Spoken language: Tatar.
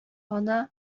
ана